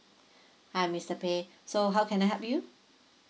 hi mister peh so how can I help you